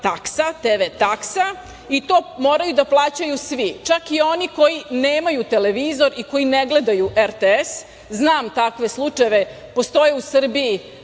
TV taksa i to moraju da plaćaju svi, čak i oni koji nemaju televizor i koji ne gledaju RTS. Znam takve slučajeve. Postoje u Srbiji